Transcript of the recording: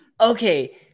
okay